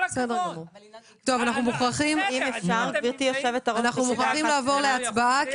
אנחנו מוכרחים לעבור להצבעה,